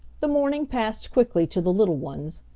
the morning passed quickly to the little ones,